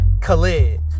Khalid